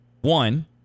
One